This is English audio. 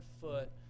foot